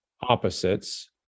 opposites